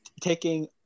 taking